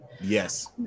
yes